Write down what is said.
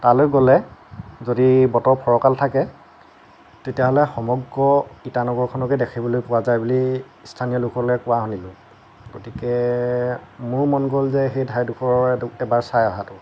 তালৈ গ'লে যদি বতৰ ফৰকাল থাকে তেতিয়াহ'লে সমগ্ৰ ইটানগৰখনকে দেখিবলৈ পোৱা যায় বুলি স্থানীয় লোকসকলে কোৱা শুনিলোঁ গতিকে মোৰ মন গ'ল যে সেই ঠাইডোখৰক এবাৰ চাই অহাটো